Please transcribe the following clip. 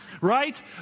Right